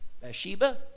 Bathsheba